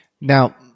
Now